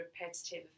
repetitive